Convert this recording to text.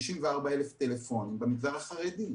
64,000 טלפונים במגזר החרדי.